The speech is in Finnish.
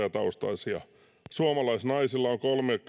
ja osa maahanmuuttajataustaisia suomalaisnaisilla on